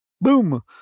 boom